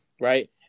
Right